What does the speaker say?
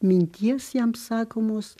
minties jam sakomos